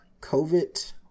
COVID